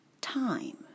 time